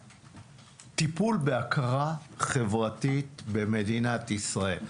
איזשהו טיפול בהכרה חברתית במדינת ישראל.